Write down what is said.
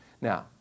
Now